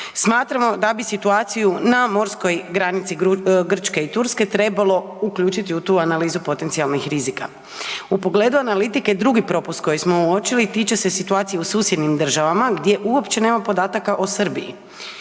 smatramo da bi situaciju na morskoj granici Grčke i Turske trebalo uključiti u tu analizu potencijalnih rizika. U pogledu analitike drugi propust koji smo uočili tiče se situacije u susjednim državama gdje uopće nema podataka o Srbiji.